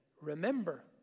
remember